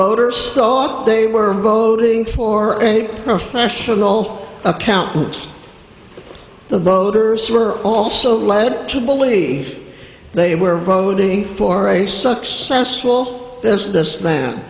voters thought they were voting for any professional accountant the voters were also led to believe they were voting for a successful businessman